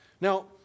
Now